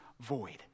void